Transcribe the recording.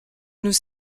nous